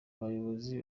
abayobozi